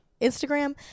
Instagram